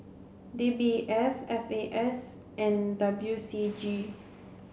D B S F A S and W C G